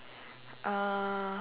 uh